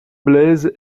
blaise